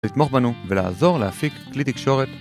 לתמוך בנו ולעזור להפיק כלי תקשורת